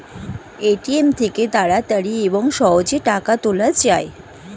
ATM থেকে তাড়াতাড়ি এবং সহজে টাকা তোলা যায়